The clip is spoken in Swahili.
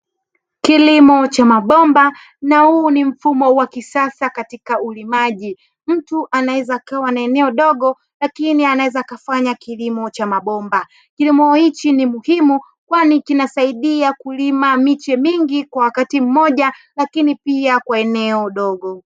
Kilimo cha mabomba na huu ni mfumo wa kisasa katika ulimaji mtu anaweza akawa na eneo dogo lakini anaweza akafanya kilimo cha mabomba, kilimo hichi ni muhimu kwani kinasaidia kulima miche mingi kwa wakati mmoja lakini pia kwa eneo dogo.